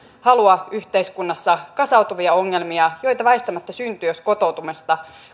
halua yhteiskunnassa kasautuvia ongelmia joita väistämättä syntyy jos kotoutumista